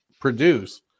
produce